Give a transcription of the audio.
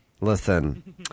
Listen